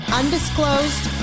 undisclosed